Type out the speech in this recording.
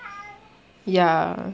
ya